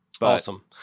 Awesome